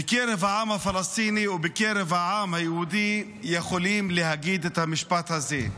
בקרב העם הפלסטיני ובקרב העם היהודי יכולים להגיד את המשפט הזה: